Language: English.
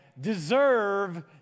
deserve